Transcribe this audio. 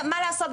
מה לעשות,